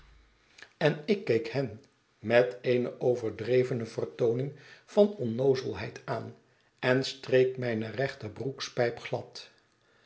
en ik keek hen met eene overdrevene vertooning van onnoozelheid aan en streek mijne rechter broekspijp glad